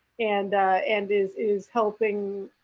and and is is helping